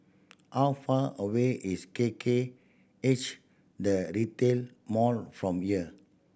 how far away is K K H The Retail Mall from here